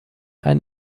ein